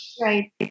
Right